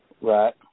Right